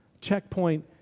Checkpoint